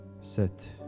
Set